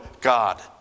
God